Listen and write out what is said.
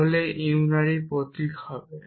তাহলে ইউনারি প্রতীক হবে